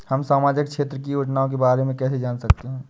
हम सामाजिक क्षेत्र की योजनाओं के बारे में कैसे जान सकते हैं?